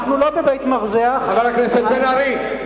אנחנו לא בבית-מרזח, חבר הכנסת בן-ארי.